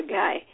guy